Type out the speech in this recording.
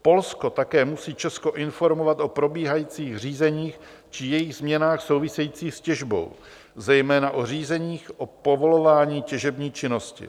Polsko také musí Česko informovat o probíhajících řízeních či jejich změnách souvisejících s těžbou, zejména o řízeních o povolování těžební činnosti.